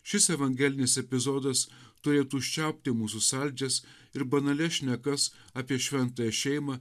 šis evangelinis epizodas turėtų užčiaupti mūsų saldžias ir banalias šnekas apie šventąją šeimą